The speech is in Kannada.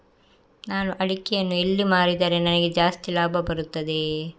ನಾನು ಅಡಿಕೆಯನ್ನು ಎಲ್ಲಿ ಮಾರಿದರೆ ನನಗೆ ಜಾಸ್ತಿ ಲಾಭ ಬರುತ್ತದೆ?